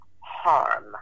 harm